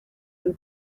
and